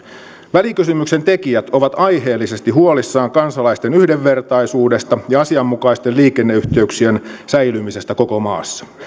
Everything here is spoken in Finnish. välikysymyksen tekijät ovat aiheellisesti huolissaan kansalaisten yhdenvertaisuudesta ja asianmukaisten liikenneyhteyksien säilymisestä koko maassa